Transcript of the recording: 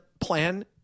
plan